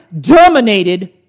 dominated